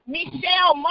Michelle